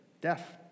Death